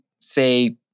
say